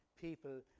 people